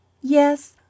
Yes